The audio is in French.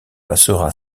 passera